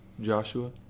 Joshua